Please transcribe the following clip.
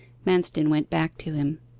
manston went back to him.